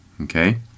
okay